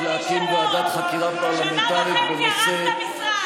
לא יכולת לנהל את משרד האוצר.